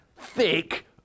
Thick